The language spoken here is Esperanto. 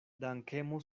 dankemo